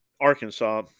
Arkansas